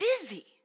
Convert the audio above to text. busy